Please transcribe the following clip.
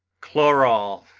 chloral,